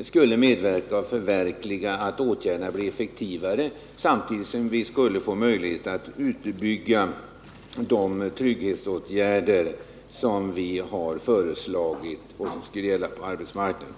skulle kunna bidra till att åtgärderna blir effektivare, samtidigt som vi skulle få möjlighet att bygga ut de trygghetsåtgärder som vi har föreslagit skall gälla på arbetsmarknaden.